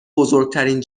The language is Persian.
بزرگترین